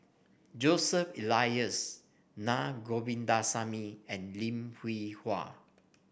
Joseph Elias Naa Govindasamy and Lim Hwee Hua